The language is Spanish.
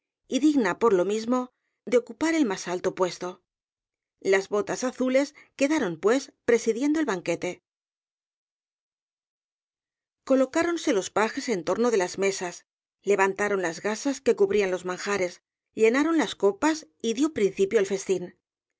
y digna por lo mismo de ocupar el más alto puesto las botas azules quedaron pues presidiendo el banquete colocáronse los pajes en torno de las mesas levantaron las gasas que cubrían los manjares llenaron las copas y dio principio el festín